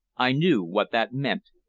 i knew what that meant.